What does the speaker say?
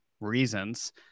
reasons